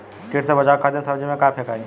कीट से बचावे खातिन सब्जी में का फेकाई?